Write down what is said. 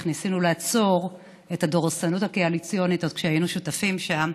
איך ניסינו לעצור את הדורסנות הקואליציונית עוד כשהיינו שותפים שם,